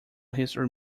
history